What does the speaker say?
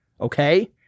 Okay